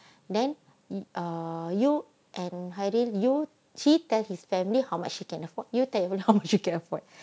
then err you and hairin you he tell his family how much he can afford you tell how much you can afford